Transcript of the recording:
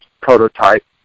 prototype